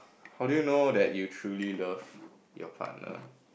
how do you know that you truly love your partner